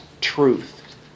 truth